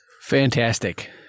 Fantastic